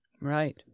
right